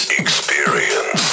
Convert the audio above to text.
experience